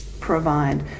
provide